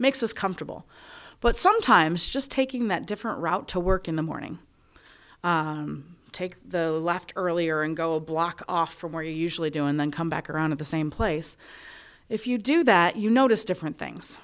makes us comfortable but sometimes just taking that different route to work in the morning take the left earlier and go block off from where you usually do and then come back around at the same place if you do that you notice different things